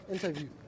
Interview